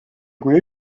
kui